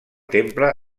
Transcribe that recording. temple